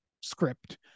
script